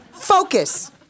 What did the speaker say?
Focus